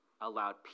allowed